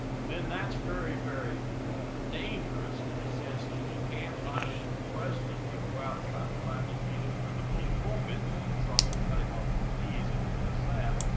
then that's very, very dangerous, in the sense that if he can't find it from the president he'll but ah to find it either through the bully pulpit, and trump will cut him off at the knees if he does that,